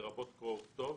לרבות קרוא וכתוב.